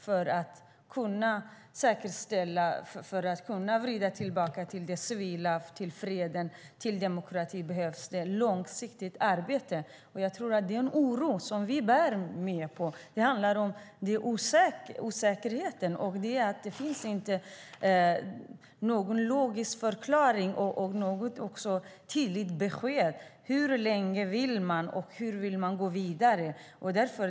För att kunna säkerställa och vrida tillbaka till det civila, till freden och till demokratin behövs det ett långsiktigt arbete. Den oro som vi bär på tror jag handlar om osäkerhet. Det finns ingen logisk förklaring och inget tydligt besked om hur länge man vill och hur man vill gå vidare.